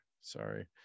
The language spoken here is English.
sorry